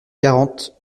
quarante